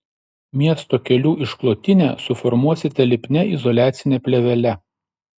miesto kelių išklotinę suformuosite lipnia izoliacine plėvele